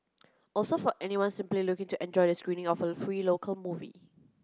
also for anyone simply looking to enjoy the screening of a free local movie